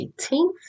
18th